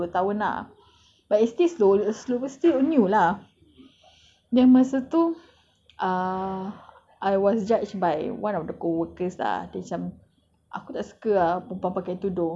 slowly lah I think after that dah dua tahun ah but it's still slow still new lah then masa tu ah I was judged by one of the co-workers lah dia macam